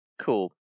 cool